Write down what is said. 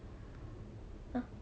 uh